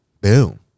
boom